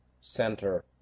center